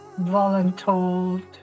voluntold